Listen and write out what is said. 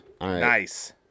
Nice